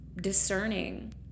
discerning